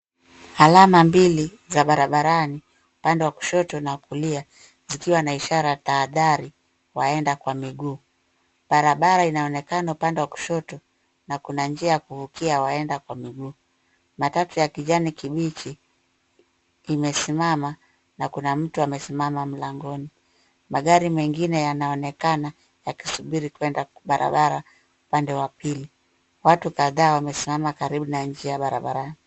Alama mbili za barabarani upande wa kushoto na kulia zikiwa na ishara ya tahadhari kwa waenda kwa miguu. Barabara inaonekana upande wa kushoto na kuna njia ya kuvukia waenda kwa miguu. Matatu ya kijani kibichi imesimama na kuna mtu amesimama mlangoni. Magari mengine yanaonekana yakisubiri kwenda kwa barabara upande wa pili. Watu kadhaa wamesimama karibu na njia barabarani.